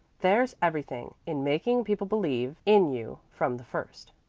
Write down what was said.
there's everything in making people believe in you from the first.